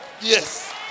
Yes